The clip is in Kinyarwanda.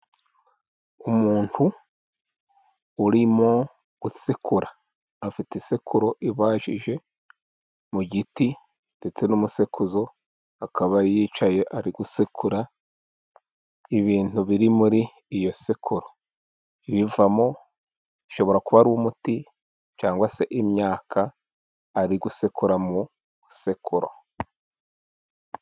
Umuntu urimo gusekura. Afite isekuru ibajije mu giti ndetse n'umusekuzo, akaba yicaye ari gusekura ibintu biri muri iyo sekuru. Ibivamo bishobora kuba ari umuti cyangwa se imyaka, ari gusekura mu isekuru.